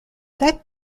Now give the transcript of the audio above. that